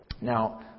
Now